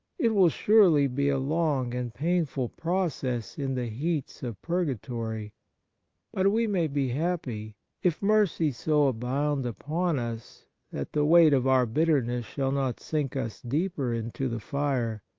it will surely be a long and painful process in the heats of purga tory but we may be happy if mercy so abound upon us that the weight of our bitterness shall not sink us deeper into the fire,